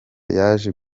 yaje